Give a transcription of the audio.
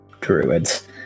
druids